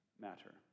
matter